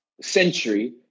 century